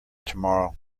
tomorrow